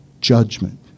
Judgment